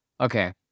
Okay